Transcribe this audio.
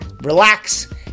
relax